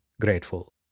grateful